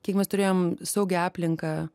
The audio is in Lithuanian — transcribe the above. kiek mes turėjom saugią aplinką